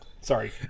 Sorry